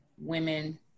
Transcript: women